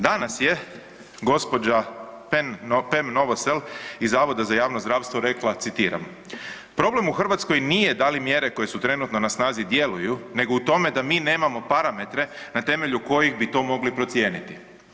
Danas je gospođa Pem Novosel iz Zavoda za javno zdravstvo rekla, citiram: „Problem u Hrvatskoj nije da li mjere koje su trenutno na snazi djeluju nego u tome da mi nemamo parametre na temelju kojih bi to mogli procijeniti.